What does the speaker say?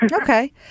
Okay